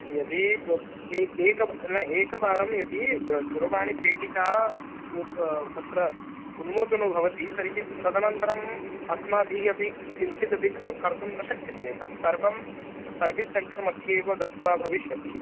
यदि एक न एकवारं यदि दूरवाणीपेटिका उत् तत्र उन्मोचनं भवति तर्हि तदनन्तरम् अस्माभिः अपि किञ्चित् अपि कर्तुं न शक्यते तत् सर्वं सर्विस् सेण्टर् मध्ये एव गत्वा भविष्यति